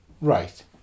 Right